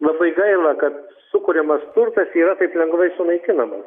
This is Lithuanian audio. labai gaila kad sukuriamas turtas yra taip lengvai sunaikinama